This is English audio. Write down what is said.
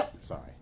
Sorry